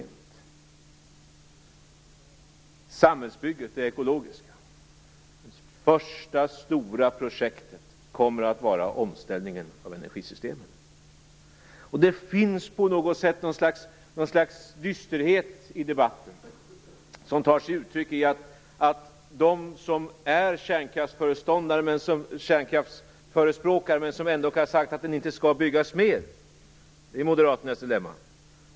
Det ekologiska samhällsbyggets första stora projekt kommer att vara omställningen av energisystemen. Det finns något slags dysterhet i debatten som tar sig uttryck i att de som är kärnkraftsförespråkare men som ändock har sagt att den inte skall byggas ut mer är dystra. Det är moderaternas dilemma.